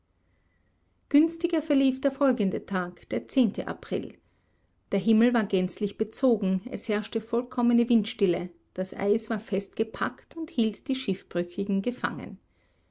günstiger verlief der folgende tag der zehnte april der himmel war gänzlich bezogen es herrschte vollkommene windstille das eis war fest gepackt und hielt die schiffbrüchigen gefangen